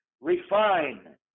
refine